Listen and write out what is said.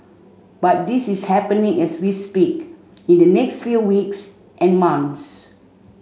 but this is happening as we speak in the next few weeks and months